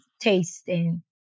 tasting